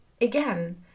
again